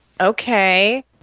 okay